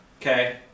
Okay